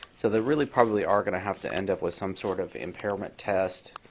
so they really probably are going to have to end up with some sort of impairment test.